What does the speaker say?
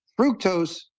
Fructose